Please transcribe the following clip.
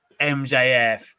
MJF